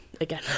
again